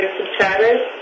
subscribers